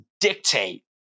dictate